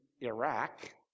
Iraq